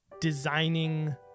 designing